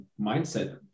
mindset